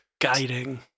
Guiding